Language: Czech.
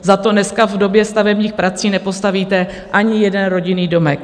Za to dneska v době stavebních prací nepostavíte ani jeden rodinný domek.